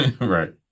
Right